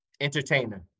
Entertainer